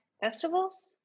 festivals